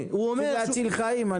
זה להציל חיים.